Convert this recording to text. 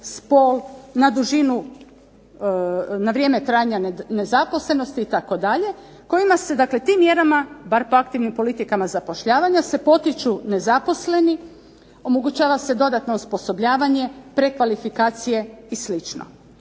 na vrijeme trajanja nezaposlenosti itd. kojima se dakle tim mjerama, bar po aktivnim politikama zapošljavanja se potiču nezaposleni, omogućava se dodatno osposobljavanje, prekvalifikacije i sl.